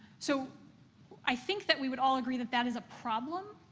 so i think that we would all agree that that is a problem.